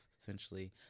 essentially